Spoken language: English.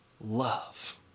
love